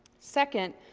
second,